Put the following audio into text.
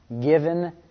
given